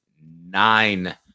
nine